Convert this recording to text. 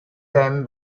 them